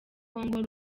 congo